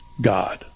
God